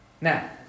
Now